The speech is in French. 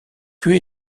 queue